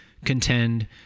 contend